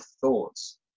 thoughts